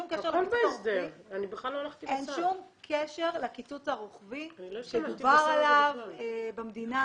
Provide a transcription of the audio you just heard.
שום קשר לקיצוץ הרוחבי שדובר עליו במדינה,